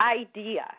idea